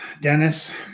Dennis